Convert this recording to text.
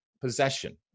possession